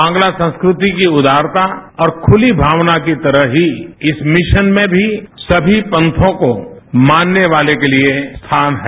बंग्ला संस्कृति की उदारता ओर खुली भावना की तरह ही इस मिशन में भी सभी पंथों को मानने वाले के लिए स्थान है